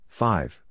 five